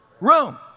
room